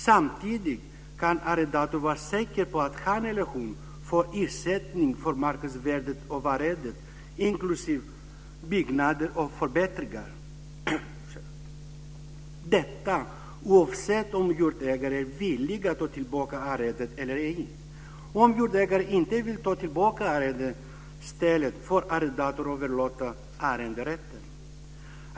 Samtidigt kan arrendatorn vara säker på att han eller hon får ersättning för marknadsvärdet av arrendet, inklusive byggnader och förbättringar - detta oavsett om jordägaren är villig att ta tillbaka arrendet eller ej. Om jordägaren inte vill ta tillbaka arrendestället får arrendatorn överlåta arrenderätten.